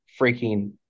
freaking